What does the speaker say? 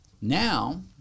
now